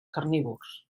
carnívors